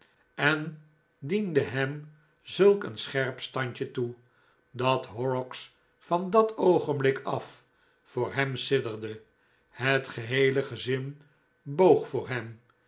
en diende hem zulk een scherp standje toe dat horrocks van dat oogenblik af voor hem sidderde het geheele gezin boog voor hem